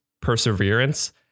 perseverance